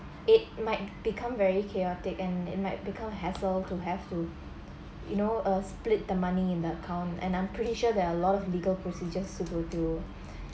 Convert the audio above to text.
it might become very chaotic and it might become a hassle to have to you know uh split the money in the account and I'm pretty sure there are a lot of legal procedures to go through